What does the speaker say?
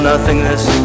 Nothingness